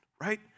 right